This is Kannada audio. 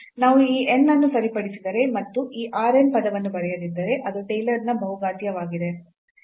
ನಾವು ಈ n ಅನ್ನು ಸರಿಪಡಿಸಿದರೆ ಮತ್ತು ಈ r n ಪದವನ್ನು ಬರೆಯದಿದ್ದರೆ ಅದು ಟೇಲರ್ನ ಬಹುಘಾತೀಯವಾಗಿದೆ